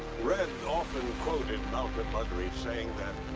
red often quoted malcolm muggeridge, saying that,